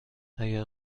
اگر